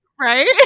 Right